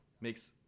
makes